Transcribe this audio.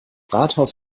rathaus